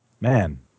Man